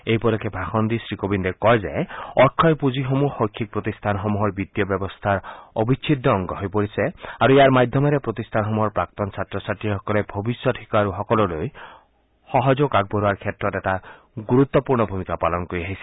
এই উপলক্ষে ভাষণ দি শ্ৰীকোবিন্দে কয় যে অক্ষয় পুঁজিসমূহ শৈক্ষিক প্ৰতিষ্ঠানসমূহৰ বিত্তীয় ব্যৱস্থাৰ অবিচ্ছেদ্য অংগ হৈ পৰিছে আৰু ইয়াৰ মাধ্যমেৰে প্ৰতিষ্ঠানসমূহৰ প্ৰাক্তন ছাত্ৰ ছাত্ৰীসকলে ভৱিষ্যৎ শিকাৰুসকলক সমৰ্থন আগবঢ়োৱাৰ ক্ষেত্ৰত এটা গুৰুত্বপূৰ্ণ ভূমিকা পালন কৰি আহিছে